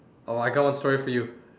oh I got one story for you